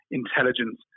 intelligence